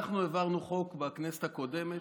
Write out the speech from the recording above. אנחנו העברנו חוק בכנסת הקודמת,